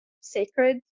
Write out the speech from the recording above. sacred